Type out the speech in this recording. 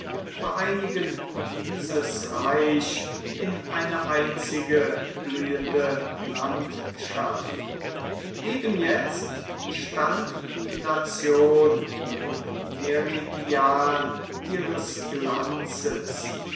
vereinigen dieses reich in eine einzige blühende landschaft strad dec i ii eben jetzt stand die nation im meridian ihres glanzes